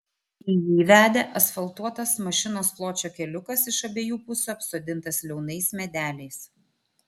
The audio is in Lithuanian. į jį vedė asfaltuotas mašinos pločio keliukas iš abiejų pusių apsodintas liaunais medeliais